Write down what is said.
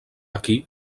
aquí